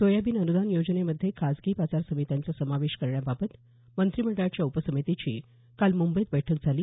soybean अनुदान योजनेमध्ये खासगी बाजार समित्यांचा समावेश करण्याबाबत मंत्रिमंडळाच्या उपसमितीची काल मुंबईत बैठक झाली